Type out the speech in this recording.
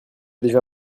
déjà